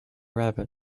rabbit